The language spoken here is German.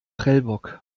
prellbock